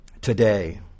today